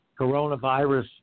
coronavirus